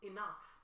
Enough